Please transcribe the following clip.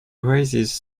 raises